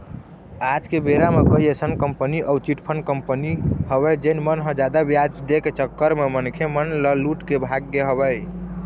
आज के बेरा म कई अइसन कंपनी अउ चिटफंड कंपनी हवय जेन मन ह जादा बियाज दे के चक्कर म मनखे मन ल लूट के भाग गे हवय